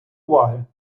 уваги